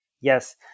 Yes